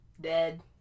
dead